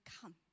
come